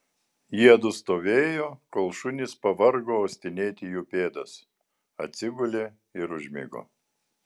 jiedu stovėjo kol šunys pavargo uostinėti jų pėdas atsigulė ir užmigo